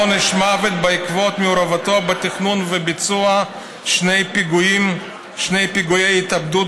עונש מוות בעקבות מעורבותו בתכנון ובביצוע של שני פיגועי התאבדות,